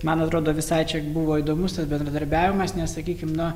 man atrodo visai čia buvo įdomus tas bendradarbiavimas nes sakykim na